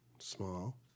Small